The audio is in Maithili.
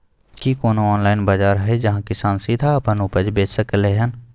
की कोनो ऑनलाइन बाजार हय जहां किसान सीधा अपन उपज बेच सकलय हन?